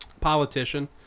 Politician